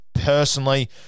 Personally